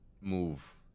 move